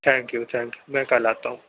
thank you thank میں کل آتا ہوں